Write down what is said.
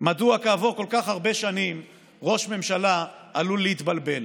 מדוע כעבור כל כך הרבה שנים ראש ממשלה עלול להתבלבל